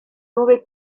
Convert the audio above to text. nuove